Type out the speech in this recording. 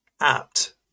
apt